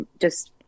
just-